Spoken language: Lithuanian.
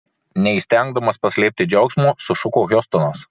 neįstengdamas paslėpti džiaugsmo sušuko hiustonas